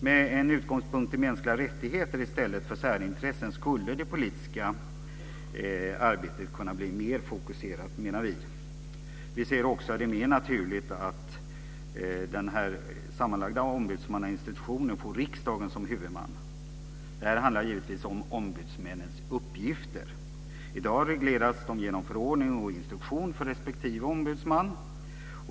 Med en utgångspunkt i mänskliga rättigheter i stället för särintressen skulle det politiska arbetet kunna bli mer fokuserat, menar vi. Vi ser det också mer naturligt att den sammanslagna ombudsmannainstitutionen får riksdagen som huvudman. Det här handlar givetvis om ombudsmännens uppgifter. I dag regleras uppgifterna genom förordning och instruktion för respektive ombudsman.